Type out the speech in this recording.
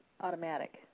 automatic